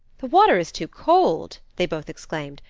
the water is too cold! they both exclaimed.